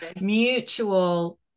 mutual